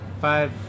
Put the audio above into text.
five